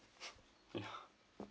ya